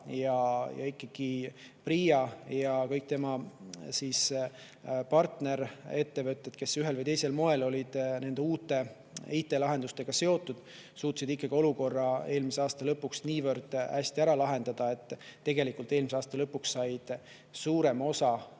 alla 100. PRIA ja kõik tema partnerettevõtted, kes ühel või teisel moel olid nende uute IT‑lahendustega seotud, suutsid ikkagi olukorra eelmise aasta lõpuks niivõrd hästi ära lahendada, et tegelikult eelmise aasta lõpuks sai suurem osa,